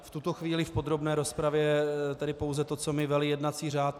V tuto chvíli v podrobné rozpravě tedy pouze to, co mi velí jednací řád.